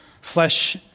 flesh